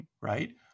right